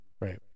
Right